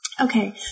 Okay